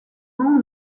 nom